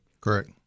Correct